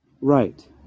right